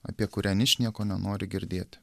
apie kurią ničnieko nenori girdėti